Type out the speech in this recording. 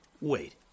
Wait